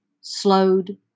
slowed